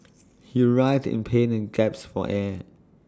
he writhed in pain and gasped for air